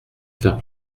faire